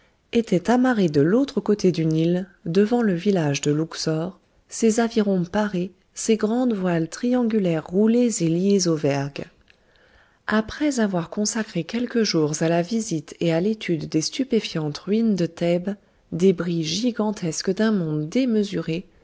était amarrée de l'autre côté du nil devant le village de louqsor ses avirons parés ses grandes voiles triangulaires roulées et liées aux vergues après avoir consacré quelques jours à la visite et à l'étude des stupéfiantes ruines de thèbes débris gigantesques d'un monde démesuré